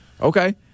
Okay